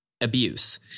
abuse